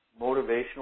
motivational